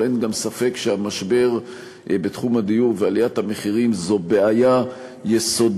אבל אין גם ספק שהמשבר בתחום הדיור ועליית המחירים הם בעיה יסודית,